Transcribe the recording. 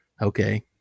Okay